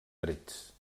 trets